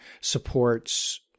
supports